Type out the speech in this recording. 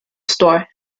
store